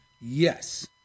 Yes